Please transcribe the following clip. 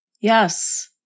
Yes